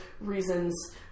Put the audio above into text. reasons